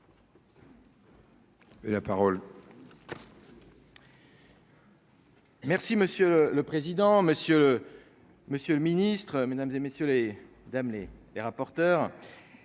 Merci monsieur le président, Monsieur. Monsieur le Ministre Mesdames et messieurs les d'amener les rapporteurs.